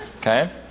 okay